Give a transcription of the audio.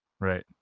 Right